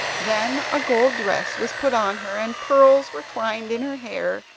then a golden dress was put on her, and pearls were twined in her hair,